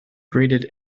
graded